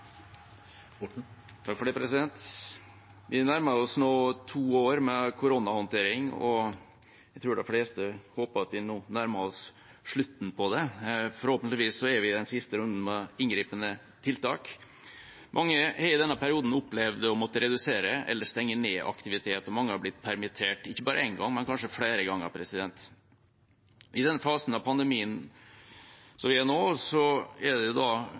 Vi nærmer oss nå to år med koronahåndtering, og jeg tror de fleste håper at vi nærmer oss slutten på det. Forhåpentligvis er vi i den siste runden med inngripende tiltak. Mange har i denne perioden opplevd å måtte redusere eller stenge ned aktivitet, og mange har blitt permittert, ikke bare én gang, men kanskje flere ganger. I den fasen av pandemien som vi er i nå, er det